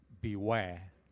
beware